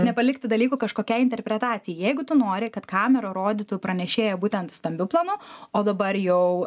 nepalikti dalykų kažkokiai interpretacijai jeigu tu nori kad kamera rodytų pranešėją būtent stambiu planu o dabar jau